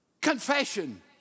confession